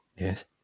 Yes